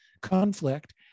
conflict